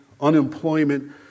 unemployment